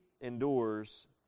endures